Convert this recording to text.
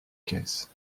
caisse